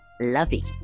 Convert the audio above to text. lovey